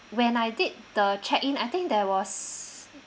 when I did the check in I think there was